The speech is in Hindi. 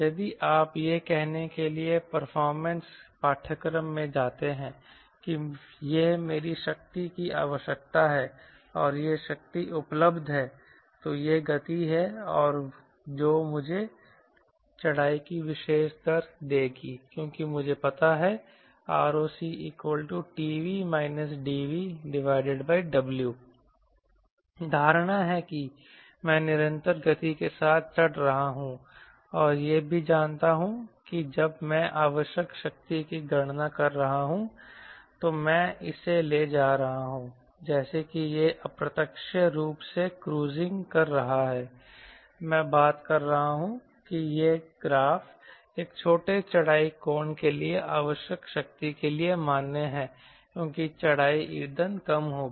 यदि आप यह कहने के लिए परफॉर्मेंस पाठ्यक्रम में जाते हैं कि यह मेरी शक्ति की आवश्यकता है और यह शक्ति उपलब्ध है तो ये गति हैं जो मुझे चढ़ाई की विशेष दर देगी क्योंकि मुझे पता है ROCTV DVW धारणा है कि मैं निरंतर गति के साथ चढ़ रहा हूं और यह भी जानता हूं कि जब मैं आवश्यक शक्ति की गणना कर रहा हूं तो मैं इसे ले जा रहा हूं जैसे कि यह अप्रत्यक्ष रूप से क्रूजिंग कर रहा है मैं बता रहा हूं कि यह ग्राफ एक छोटे चढ़ाई कोण के लिए आवश्यक शक्ति के लिए मान्य है क्योंकि चढ़ाई ईंधन कम होगी